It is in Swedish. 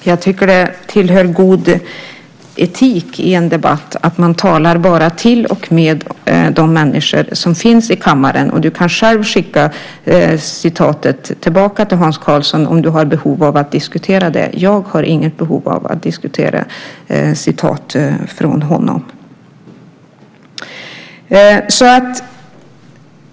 Herr talman! Jag tycker att det tillhör god etik i en debatt att man bara talar till och med de människor som finns i kammaren. Krister Hammarbergh kan själv skicka tillbaka citatet till Hans Karlsson om han har behov av att diskutera det. Jag har inget behov av att diskutera citat från honom.